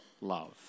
love